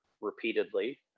repeatedly